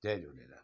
Jay Jhulelal